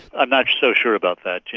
i'm not so sure about that. yeah